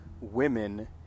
women